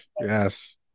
yes